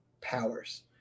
powers